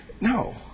No